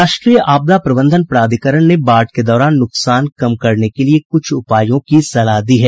राष्ट्रीय आपदा प्रबंधन प्राधिकरण ने बाढ़ के दौरान नुकसान कम करने लिए कुछ उपायों की सलाह दी है